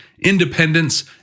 independence